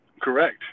Correct